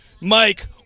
Mike